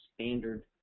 standard